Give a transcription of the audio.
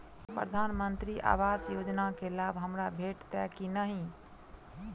प्रधानमंत्री आवास योजना केँ लाभ हमरा भेटतय की नहि?